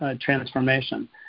transformation